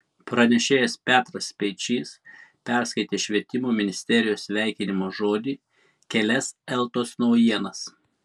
pranešėjas petras speičys perskaitė švietimo ministerijos sveikinimo žodį kelias eltos naujienas